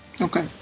Okay